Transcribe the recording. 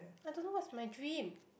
I don't know what's my dream